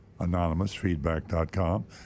anonymousfeedback.com